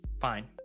Fine